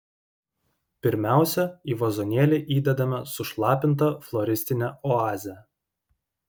pirmiausia į vazonėlį įdedame sušlapintą floristinę oazę